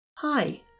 Hi